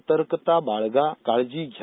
सतर्कता बाळगा काळजी घ्या